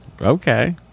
Okay